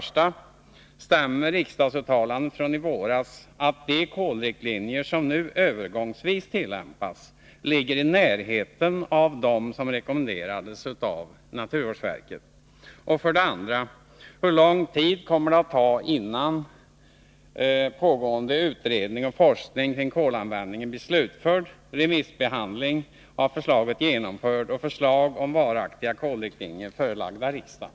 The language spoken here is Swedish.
Stämmer riksdagsuttalandet från i våras att de kolriktlinjer som nu övergångsvis tillämpas ligger i närheten av dem som rekommenderats av naturvårdsverket? 2. Hur lång tid kan det komma att ta innan pågående utredning och forskning kring kolanvändningen blir slutförd, remissbehandling av förslag genomförd och förslag om varaktiga kolriktlinjer förelagda riksdagen?